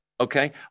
Okay